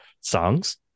songs